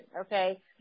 okay